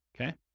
Okay